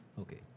okay